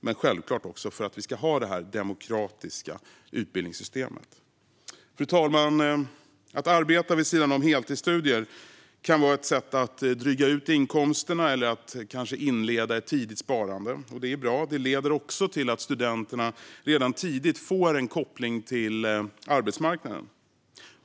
Självklart handlar det också om att vi ska ha ett demokratiskt utbildningssystem. Fru talman! Att arbeta vid sidan av heltidsstudier kan vara ett sätt att dryga ut inkomsterna eller kanske inleda ett tidigt sparande. Det är bra. Det leder också till att studenterna redan tidigt får en koppling till arbetsmarknaden.